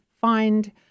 find